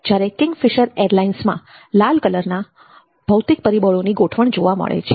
જ્યારે Kingfisher Airlines માં લાલ કલરના ભૌતિક પરિબળોની ગોઠવણ જોવા મળે છે